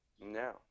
No